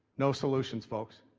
no solutions, folks.